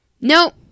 Nope